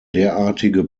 derartige